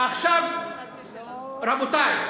רבותי,